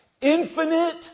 infinite